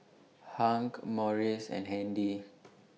Hank Maurice and Handy